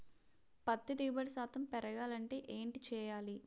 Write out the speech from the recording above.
పత్తి దిగుబడి శాతం పెరగాలంటే ఏంటి చేయాలి?